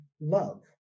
love